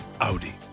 audi